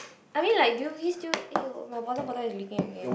I mean like do you we still eh oh my water bottle is leaking again